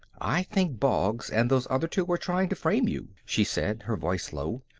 i think boggs and those other two are trying to frame you, she said, her voice low.